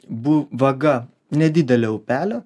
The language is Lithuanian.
bu vaga nedidelio upelio